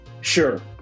Sure